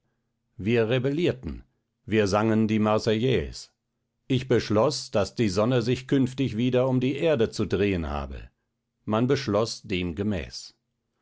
wir rebellierten wir sangen die marseillaise ich beschloß daß die sonne sich künftig wieder um die erde zu drehen habe man beschloß dem gemäß